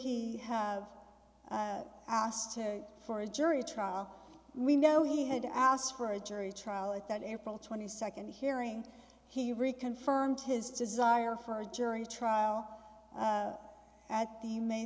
he have asked for a jury trial we know he had asked for a jury trial at that airfield twenty second hearing he reconfirmed his desire for a jury trial at the may